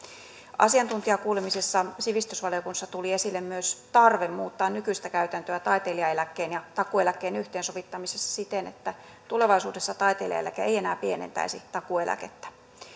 asiantuntijakuulemisessa sivistysvaliokunnassa tuli esille myös tarve muuttaa nykyistä käytäntöä taitelijaeläkkeen ja takuueläkkeen yhteensovittamisessa siten että tulevaisuudessa taiteilijaeläke ei enää pienentäisi takuueläkettä